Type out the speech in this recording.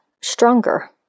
stronger